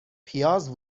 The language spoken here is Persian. پیاز